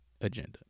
agenda